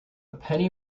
penny